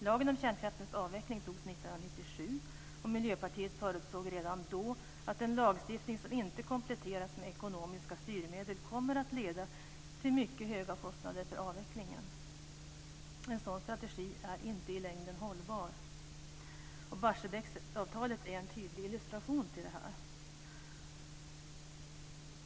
Lagen om kärnkraftens avveckling antogs 1997, och Miljöpartiet förutsåg redan då att en lagstiftning som inte kompletteras med ekonomiska styrmedel kommer att leda till mycket höga kostnader för avvecklingen. En sådan strategi är inte i längden hållbar. Barsebäcksavtalet är en tydlig illustration till det.